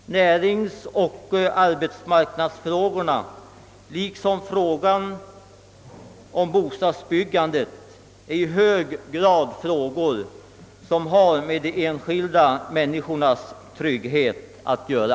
Näringsoch arbetsmarknadsfrågorna liksom = frågan om bostadsbyggandet är i hög grad frågor som har med de enskilda människornas trygghet att göra.